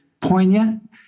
poignant